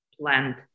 plant